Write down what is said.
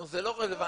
זה לא רלוונטי.